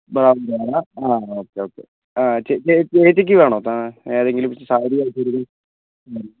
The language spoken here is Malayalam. വേറെയൊന്നുമില്ല ആ ഓക്കെ ഓക്കെ ആ ചേച്ചിക്ക് വേണോ ഏതെങ്കിലും സാരിയോ ചുരിദാറോ